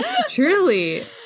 truly